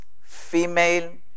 female